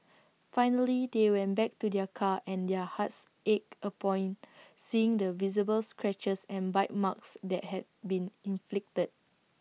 finally they went back to their car and their hearts ached upon seeing the visible scratches and bite marks that had been inflicted